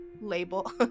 label